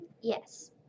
Yes